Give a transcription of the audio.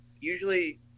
usually